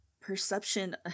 perception